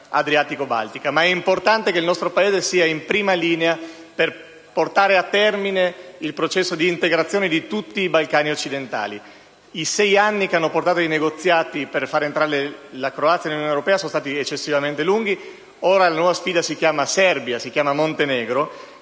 Ma è importante che il nostro Paese sia in prima linea per portare a termine il processo di integrazione di tutti i Balcani occidentali. I sei anni di negoziati che hanno portato all'ingresso della Croazia nell'Unione europea sono stati eccessivamente lunghi. Ora le nuove sfide si chiamano Serbia e Montenegro,